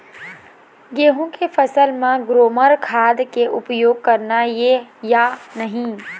गेहूं के फसल म ग्रोमर खाद के उपयोग करना ये या नहीं?